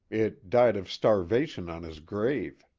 it died of starvation on his grave.